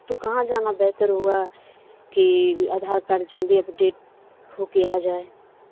تو کہاں جانا بہتر ہوا کہ آدھار کارڈ جلدی اپ ڈیٹ ہو کے آ جائے